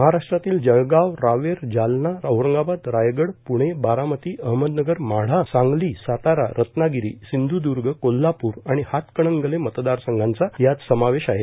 महाराष्ट्रातील जळगाव रावेर जालना औरंगाबाद रायगड पृणे बारामती अहमदनगर माढा सांगली सातारा रत्नागिरी सिंध्दर्ग कोल्हापूर आणि हातकणगले मतदारसंघांचा यात समावेश आहे